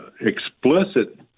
explicit